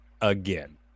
Again